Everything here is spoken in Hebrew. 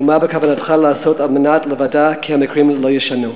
ומה בכוונתך לעשות כדי לוודא שהמקרים האלה לא יישנו?